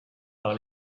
par